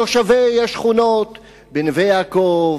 תושבי השכונות נווה-יעקב,